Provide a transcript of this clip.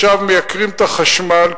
ועכשיו מייקרים את החשמל,